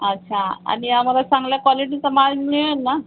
अच्छा आणि आम्हाला चांगल्या कॉलिटीचा माल मिळेल ना